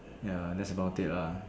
ya that's about it lah